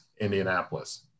Indianapolis